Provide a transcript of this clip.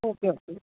okay okay